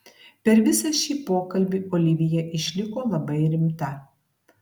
per visą šį pokalbį olivija išliko labai rimta